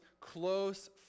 close